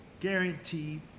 guaranteed